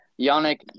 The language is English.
Yannick